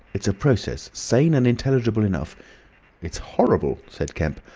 it's a process, sane and intelligible enough it's horrible! said kemp.